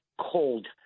cold